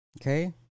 okay